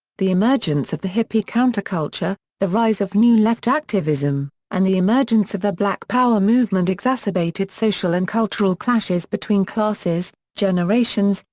the emergence of the hippie counterculture, the rise of new left activism, and the emergence of the black power movement exacerbated social and cultural clashes between classes, generations,